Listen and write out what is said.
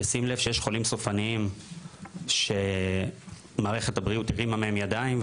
בשים לב שיש חולים סופניים שמערכת הבריאות הרימה מהם ידיים,